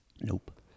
Nope